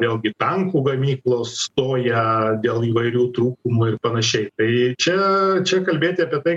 vėlgi tankų gamyklos stoja dėl įvairių trūkumų ir panašiai tai čia čia kalbėti apie tai